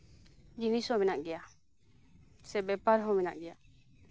ᱡᱤᱱᱤᱥ ᱦᱚᱸ ᱢᱮᱱᱟᱜ ᱜᱮᱭᱟ ᱥᱮ ᱵᱮᱯᱟᱨ ᱦᱚᱸ ᱢᱮᱱᱟᱜ ᱜᱮᱭᱟ